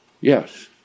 Yes